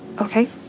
Okay